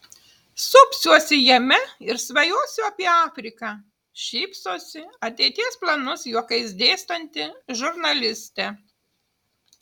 supsiuosi jame ir svajosiu apie afriką šypsosi ateities planus juokais dėstanti žurnalistė